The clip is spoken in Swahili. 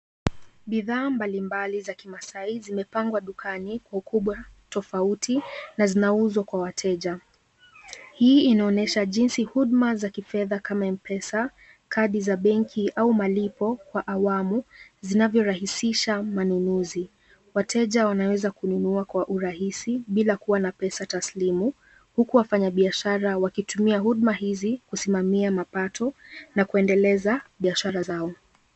Bidhaa mbalimbali za kimaasai zimepangwa dukani kwa ukubwa tofauti na zinauzwa kwa wateja. Hii inaonyesha jinsi huduma za kifedha kama M-Pesa, kadi za benki au malipo kwa awamu zinavyorahisisha manunuzi. Wateja wanaweza kununua kwa urahisi bila kuwa na pesa taslimu huku wafanya biashara wakitumia huduma hizi kusimamia mapato na kuendeleza biashara zao.